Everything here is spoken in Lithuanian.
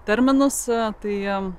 terminas tai